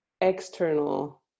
external